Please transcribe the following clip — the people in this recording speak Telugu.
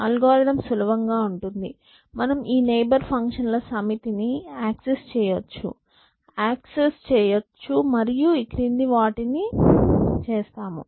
అల్గోరిథం సులభంగా ఉంటుంది మనం ఈ నైబర్ ఫంక్షన్ ల సమితి ని యాక్సిస్ చెయ్యొచ్చు మరియు ఈ క్రింది వాటిని చేస్తాము